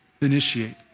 initiate